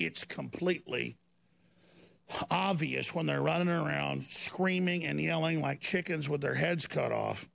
it's completely obvious when they're running around screaming and yelling like chickens with their heads cut off